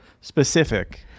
specific